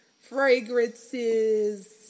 fragrances